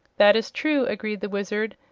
that is true, agreed the wizard,